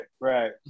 right